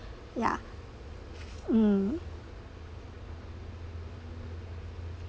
ya mm